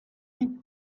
hini